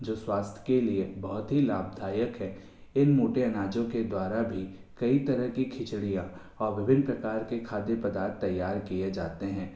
जो स्वास्थ के लिए बहुत ही लाभदायक है इन मोटे अनाजों के द्वारा भी कई तरह की खिचड़ियाँ और विभिन्न प्रकार के खाद्य पदार्थ तैयार किए जाते हैं